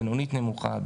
בינונית-נמוכה,